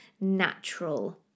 natural